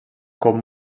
com